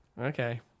Okay